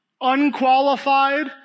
unqualified